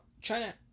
China